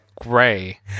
gray